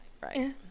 right